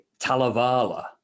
Talavala